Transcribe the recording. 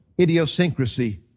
idiosyncrasy